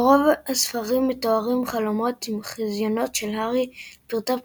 ברוב הספרים מתוארים חלומות או חזיונות של הארי לפרטי פרטים,